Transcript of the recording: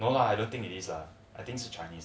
no lah I don't think it is ah I think is the chinese